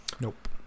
Nope